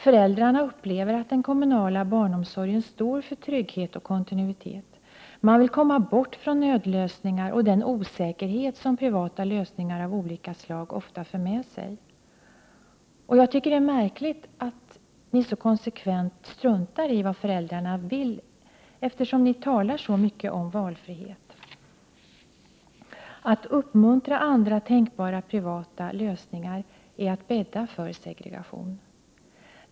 Föräldrarna upplever att den kommunala barnomsorgen står för trygghet och kontinuitet. De vill komma bort från nödlösningar och den osäkerhet som privata lösningar av olika slag ofta för med sig. Det är märkligt att de borgerliga så konsekvent struntar i vad föräldrarna vill eftersom de talar så mycket om valfrihet. Att uppmuntra andra tänkbara privata lösningar är att bädda för segregation.